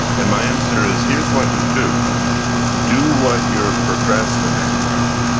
and my answer is, here's what you do do what you're procrastinating on.